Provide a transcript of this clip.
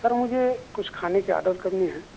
سر مجھے کچھ کھانے کے آرڈر کرنے ہیں